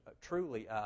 truly